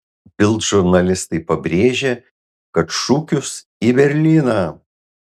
bild žurnalistai pabrėžė kad šūkius į berlyną